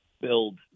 build